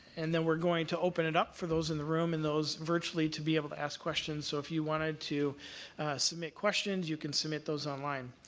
and then, we're going to open it up for those in the room, and those virtually, to be able to ask questions. so, if you wanted to submit questions, you can submit those online.